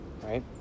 right